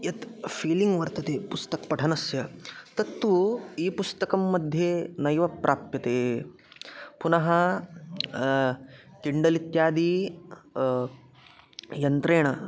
यत् फ़ीलिङ्ग् वर्तते पुस्तकपठनस्य तत्तु ई पुस्तकमध्ये नैव प्राप्यते पुनः किण्डलित्यादि यन्त्रेण